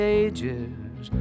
ages